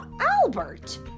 Albert